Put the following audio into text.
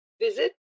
visit